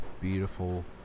beautiful